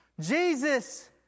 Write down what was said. Jesus